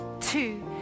two